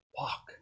walk